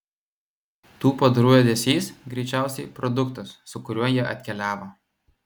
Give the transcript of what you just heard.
tų padarų ėdesys greičiausiai produktas su kuriuo jie atkeliavo